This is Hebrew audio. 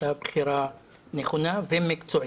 הייתה בחירה נכונה ומקצועית.